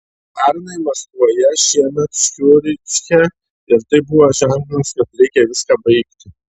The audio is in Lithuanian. pernai maskvoje šiemet ciuriche ir tai buvo ženklas kad reikia viską baigti